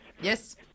yes